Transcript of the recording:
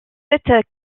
cette